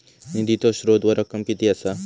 निधीचो स्त्रोत व रक्कम कीती असा?